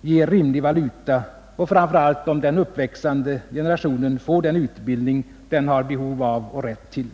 ger rimlig valuta och framför allt om den uppväxande generationen får den utbildning den har behov av och rätt till.